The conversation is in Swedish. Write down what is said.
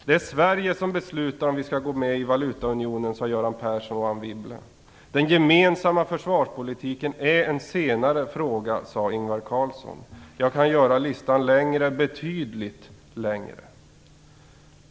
Det är Sverige som beslutar om vi skall gå med i valutaunionen, sade Göran Persson och Anne Wibble. Den gemensamma försvarspolitiken är en senare fråga, sade Ingvar Carlsson. Jag kan göra listan längre - ja, betydligt längre.